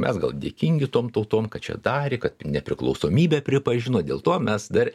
mes gal dėkingi tom tautom kad čia darė kad nepriklausomybę pripažino dėl to mes dar